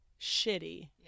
shitty